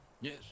Yes